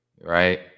Right